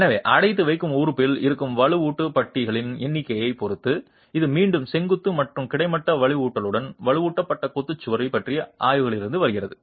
எனவே அடைத்து வைக்கும் உறுப்பில் இருக்கும் வலுவூட்டும் பட்டிகளின் எண்ணிக்கையைப் பொறுத்து இது மீண்டும் செங்குத்து மற்றும் கிடைமட்ட வலுவூட்டல்களுடன் வலுவூட்டப்பட்ட கொத்து சுவர்கள் பற்றிய ஆய்வுகளிலிருந்து வருகிறது